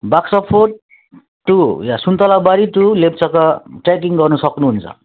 Baksa fort to यहाँ Suntalabari to लेपचाका trekking गर्नु सक्नुहुन्छ